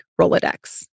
Rolodex